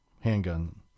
Handgun